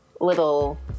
little